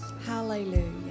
Hallelujah